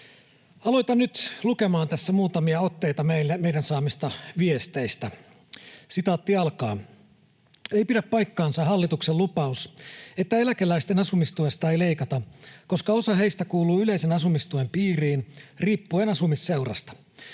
Alan nyt lukemaan tässä muutamia otteita meidän saamistamme viesteistä: ”Ei pidä paikkaansa hallituksen lupaus, että eläkeläisten asumistuesta ei leikata, koska osa heistä kuuluu yleisen asumistuen piiriin riippuen asumisseurasta.